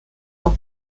auch